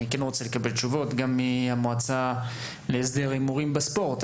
אני כן רוצה לקבל תשובות גם מהמועצה להסדר הימורים בספורט.